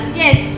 yes